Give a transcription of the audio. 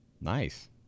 Nice